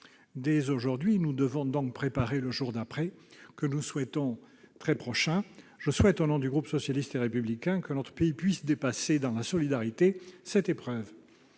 Dès aujourd'hui, nous devons donc préparer le jour d'après que nous espérons très prochain. Je souhaite, au nom du groupe socialiste et républicain, que notre pays puisse dépasser dans la solidarité cette épreuve.